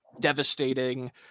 Devastating